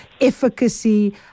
efficacy